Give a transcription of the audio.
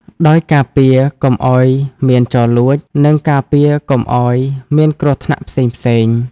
ដោយការពារកុំអោយមានចោរលួច និងការពារកុំអោយមានគ្រោះថ្នាក់ផ្សេងៗ។